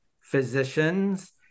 physicians